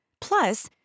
Plus